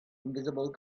invisible